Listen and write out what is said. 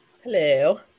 Hello